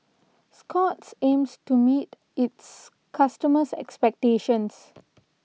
Scott's aims to meet its customers' expectations